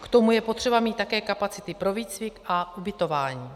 K tomu je potřeba mít také kapacity pro výcvik a ubytování.